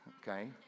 okay